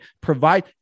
Provide